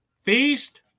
Feast